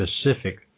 specific